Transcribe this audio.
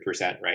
right